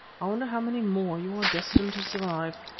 i wonder how many more you are destined to survive.